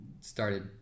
started